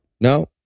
No